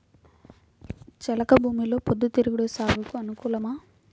చెలక భూమిలో పొద్దు తిరుగుడు సాగుకు అనుకూలమా?